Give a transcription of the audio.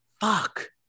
Fuck